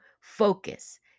Focus